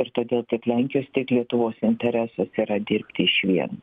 ir todėl tiek lenkijos tiek lietuvos interesas yra dirbti išvien